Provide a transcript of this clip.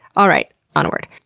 all right. onward.